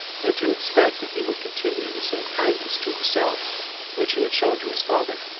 and to expect that he would continue the same kindness to himself which he had shown to his father.